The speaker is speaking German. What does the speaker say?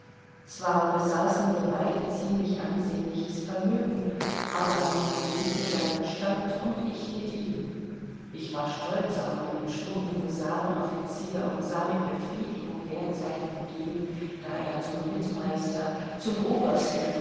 zwar besaßen wir beide ziemlich ansehnliches vermögen aber mein mann liebte seinen stand und ich mit ihm ich war stolz auf meinen schmucken husarenoffizier und sah mit befriedigung der zeit entgegen da er zum rittmeister zum obersten